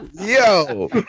Yo